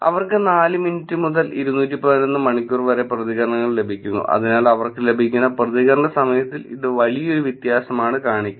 അവർക്കു 4 മിനിറ്റ് മുതൽ 211 മണിക്കൂർ വരെ പ്രതികരണങ്ങൾ ലഭിക്കുന്നു അതിനാൽ അവർക്ക് ലഭിക്കുന്ന പ്രതികരണ സമയത്തിൽ ഇത് വലിയൊരു വ്യത്യാസമാണ് കാണിക്കുന്നത്